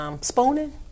Spooning